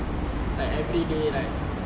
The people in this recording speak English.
like everyday right